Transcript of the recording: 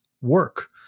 work